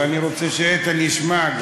ואני רוצה שגם איתן ישמע,